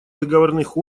договорных